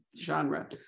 genre